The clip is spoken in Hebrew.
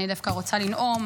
אני דווקא רוצה לנאום